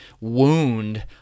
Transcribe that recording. wound